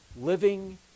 living